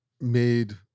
made